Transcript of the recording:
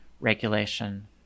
regulation